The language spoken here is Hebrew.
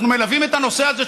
אנחנו מלווים את הנושא הזה,